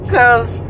Cause